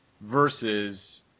versus